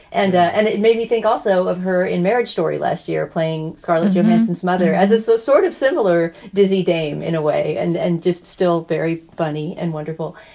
and and it made me think also of her in marriage story last year playing scarlett johansson smother as a so sort of similar dizzy dame in a way, and and just still very funny and wonderful.